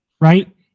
right